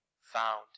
found